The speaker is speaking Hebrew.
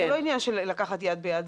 זה לא עניין של לקחת יד ביד,